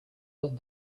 that